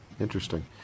Interesting